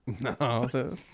No